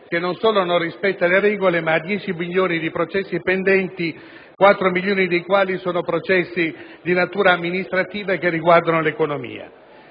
che non solo non rispetta le regole, ma ha dieci milioni di processi pendenti, quattro milioni dei quali di natura amministrativa, che riguardano l'economia.